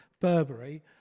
Burberry